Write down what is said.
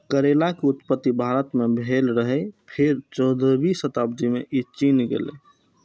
करैला के उत्पत्ति भारत मे भेल रहै, फेर चौदहवीं शताब्दी मे ई चीन गेलै